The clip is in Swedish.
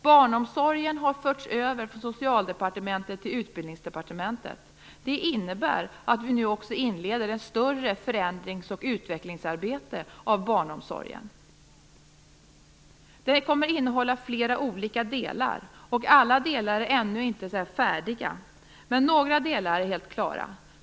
Barnomsorgen har förts över från Socialdepartementet till Utbildningsdepartementet. Det innebär att vi nu också inleder ett större förändrings och utvecklingsarbete av barnomsorgen. Det kommer att innehålla flera olika delar. Alla delar är ännu inte färdiga, men några delar är helt klara.